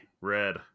Red